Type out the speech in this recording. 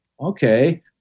okay